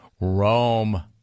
Rome